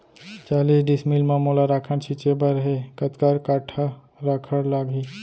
चालीस डिसमिल म मोला राखड़ छिंचे बर हे कतका काठा राखड़ लागही?